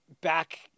back